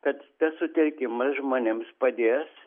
kad suteikimas žmonėms padės